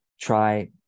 try